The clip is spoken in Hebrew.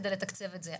כדי לתקצב את זה,